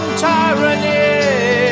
tyranny